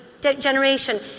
generation